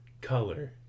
color